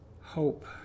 Hope